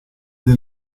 the